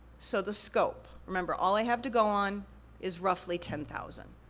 so, the scope. remember, all i have to go on is roughly ten thousand.